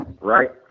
right